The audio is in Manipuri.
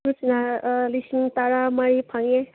ꯁꯤꯛꯁꯅ ꯂꯤꯁꯤꯡ ꯇꯔꯥ ꯃꯔꯤ ꯐꯪꯉꯦ